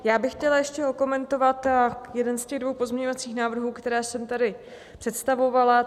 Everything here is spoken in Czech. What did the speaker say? Já bych chtěla ještě okomentovat jeden ze dvou pozměňovacích návrhů, které jsem tady představovala.